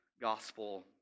gospel